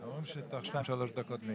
האם אנחנו צריכים להצביע על ההסתייגות?